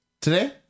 today